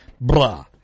Blah